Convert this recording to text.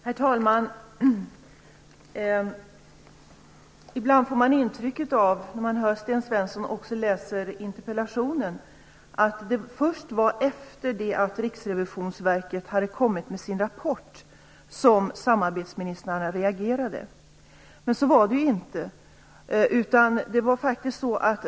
Herr talman! Ibland får man när man hör Sten Svensson och också läser interpellationen intrycket av det först var efter det att Riksrevisionsverket hade kommit med sin rapport som samarbetsministrarna reagerade, men så var det inte.